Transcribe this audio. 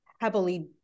heavily